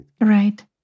Right